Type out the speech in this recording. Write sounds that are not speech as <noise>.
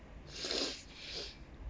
<breath> <breath>